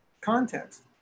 context